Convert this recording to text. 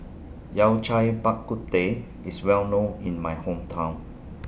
Yao Cai Bak Kut Teh IS Well known in My Hometown